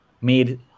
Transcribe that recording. made